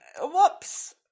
Whoops